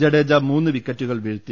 ജഡേജ മൂന്ന് വിക്കറ്റുകൾ വീഴ്ത്തി